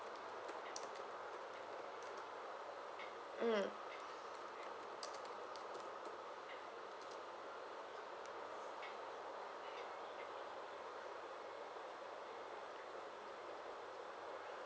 mm